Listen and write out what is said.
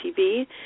TV